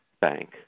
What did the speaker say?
Bank